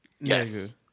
Yes